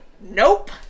nope